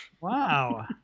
wow